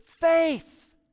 faith